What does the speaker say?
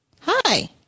Hi